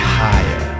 higher